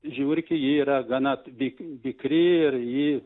žiurkė ji yra gana vik vikri ir ji